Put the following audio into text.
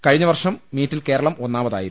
കഴിഞ്ഞ വർഷം മീറ്റിൽ കേരളം ഒന്നാമ തായിരുന്നു